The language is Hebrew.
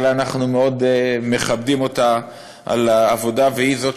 אבל אנחנו מאוד מכבדים אותה על העבודה והיא זאת